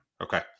Okay